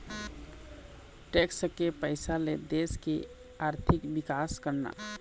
tax के पइसा ले देश के आरथिक बिकास करना